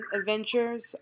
Adventures